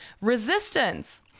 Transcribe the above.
resistance